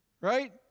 Right